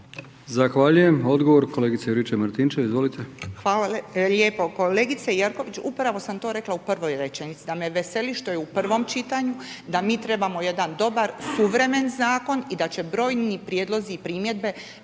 Zahvaljujem. Odgovor kolegice Juričev-Martinčev. Izvolite. **Juričev-Martinčev, Branka (HDZ)** Hvala lijepo. Kolegice Jerković, upravo sam to rekla u prvoj rečenici, da me veseli što je u prvom čitanju, da mi trebamo jedan dobar suvremen zakon i da će brojni prijedlozi i primjedbe